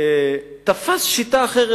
שתפס שיטה אחרת.